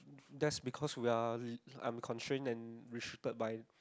that's because we are I'm constraint and restricted by